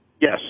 Yes